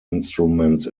instruments